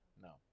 No